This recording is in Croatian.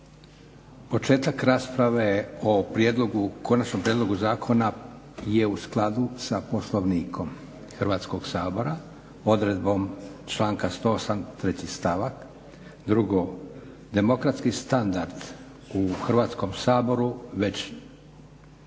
početak rasprave o konačnom prijedlogu zakona je u skladu sa Poslovnikom Hrvatskog sabora, odredbom članka 108. treći stavak. Drugo, demokratski standard u Hrvatskom saboru već